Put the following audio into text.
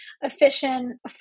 efficient